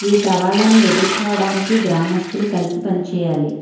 ఈ సవాళ్ళను ఎదుర్కోవడానికి గ్రామస్థులు కలిసి పని చేయాలి